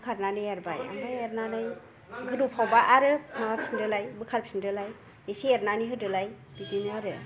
बोखारनानै एरबाय आमफाय एरनानै गोदौफावबा आरो माबाफिनदोलाय बोखारफिनदोलाय एसे एरनानै होदोलाय बिदिनो आरो